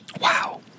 Wow